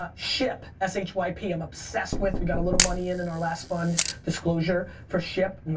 ah shyp, s h y p, i'm obsessed with. we got a little money in in our last fund disclosure for shyp,